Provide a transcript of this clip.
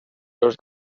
los